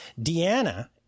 Deanna